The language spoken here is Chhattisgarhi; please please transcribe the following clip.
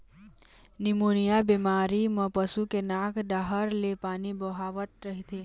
निमोनिया बेमारी म पशु के नाक डाहर ले पानी बोहावत रहिथे